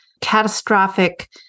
catastrophic